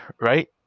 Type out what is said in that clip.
right